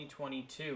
2022